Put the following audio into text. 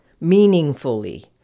meaningfully